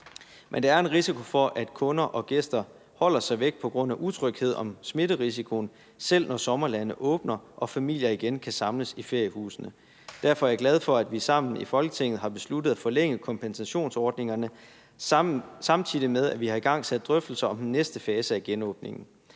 Men der er en risiko for, at kunder og gæster holder sig væk på grund af utryghed om smitterisikoen, selv når sommerlandene åbner, og familier igen kan samles i feriehusene. Derfor er jeg glad for, at vi sammen i Folketinget har besluttet at forlænge kompensationsordningerne, samtidig med at vi har igangsat drøftelser om den næste fase af genåbningen.